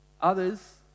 Others